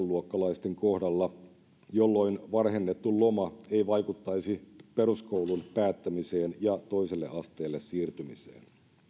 luokkalaisten kohdalla jolloin varhennettu loma ei vaikuttaisi peruskoulun päättämiseen ja toiselle asteelle siirtymiseen